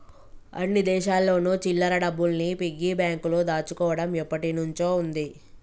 అన్ని దేశాల్లోను చిల్లర డబ్బుల్ని పిగ్గీ బ్యాంకులో దాచుకోవడం ఎప్పటినుంచో ఉంది